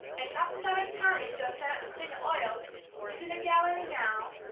and talked to that italian joe sent up to clean the oils he's in the gallery now,